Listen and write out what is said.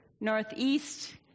northeast